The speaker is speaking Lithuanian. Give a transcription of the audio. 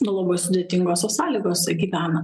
nu labai sudėtingose sąlygose gyvena